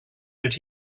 but